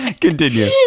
continue